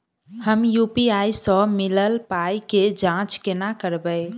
हम यु.पी.आई सअ मिलल पाई केँ जाँच केना करबै?